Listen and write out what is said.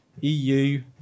EU